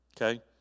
Okay